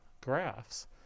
graphs